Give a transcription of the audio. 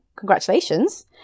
Congratulations